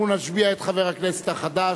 אנחנו נשביע את חבר הכנסת החדש,